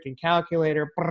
calculator